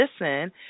listen